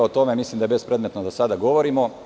O tome mislim da je bespredmetno da sada govorimo.